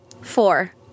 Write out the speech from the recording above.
Four